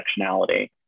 intersectionality